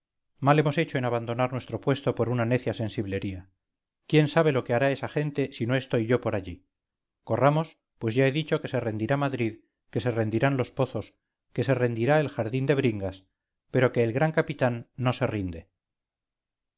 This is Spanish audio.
mal hemos hecho en abandonar nuestro puesto por una necia sensiblería quién sabe lo que hará esa gente si no estoy yo por allí corramos pues ya he dicho que se rendirá madrid que se rendirán los pozos que se rendirá el jardín de bringas pero que el gran capitán no se rinde